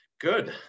Good